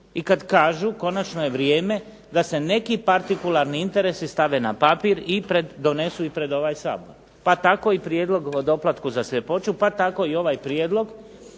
i kad kažu konačno je vrijeme da se neki partikularni interesi stave na papir i donesu i pred ovaj Sabor, pa tako i prijedlog o doplatku za sljepoću, pa tako i ovaj prijedlog